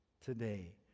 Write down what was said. today